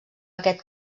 aquest